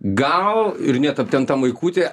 gal ir net aptempta maikutė